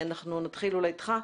אנחנו נתחיל אתך,